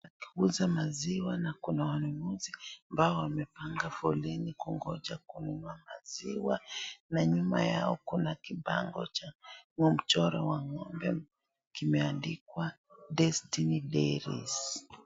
Kuuza maziwa na kuna wanunuzi ambao wamepanga foleni kungoja kununua maziwa n anyuma yao kuna bango cha mchoro wa ngombe kimeandikwa Destiny Dairies.